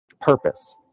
Purpose